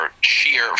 sheer